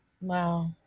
Wow